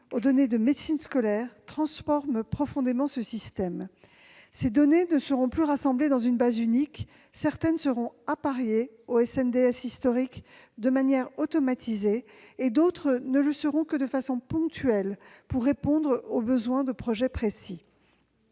aux données de médecine scolaire, transforme profondément ce système. Ces données ne seront plus rassemblées dans une base unique. Certaines seront appariées au SNDS historique de manière automatisée, et d'autres ne le seront que de façon ponctuelle, pour répondre aux besoins de projets précis.